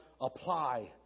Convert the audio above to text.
apply